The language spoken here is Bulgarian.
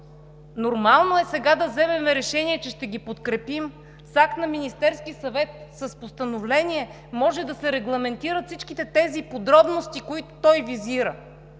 Нормално е сега да вземем решение, че ще ги подкрепим с акт на Министерския съвет, с постановление може да се регламентират всичките тези подробности, които той визира.